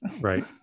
right